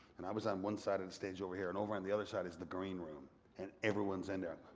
and i was on one side of the stage over here and over on the other side is the green room and everyone's in there.